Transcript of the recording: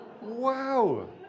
Wow